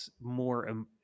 more